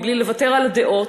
מבלי לוותר על הדעות,